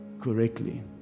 correctly